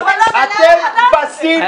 אתם כבשים,